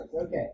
Okay